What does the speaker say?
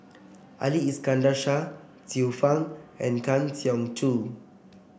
Ali Iskandar Shah Xiu Fang and Kang Siong Joo